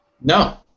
No